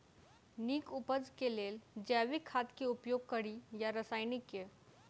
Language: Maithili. नीक उपज केँ लेल जैविक खाद केँ उपयोग कड़ी या रासायनिक केँ?